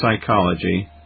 Psychology